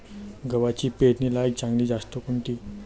गव्हाची पेरनीलायक चांगली जात कोनची?